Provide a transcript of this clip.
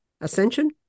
ascension